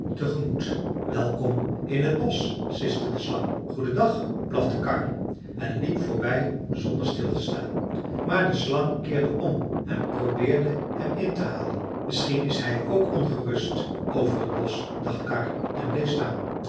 welkom in t bosch siste de slang goedendag blafte karr en liep voorbij zonder stil te staan maar de slang keerde om en probeerde hem in te halen misschien is hij ook ongerust over t bosch dacht karr en bleef staan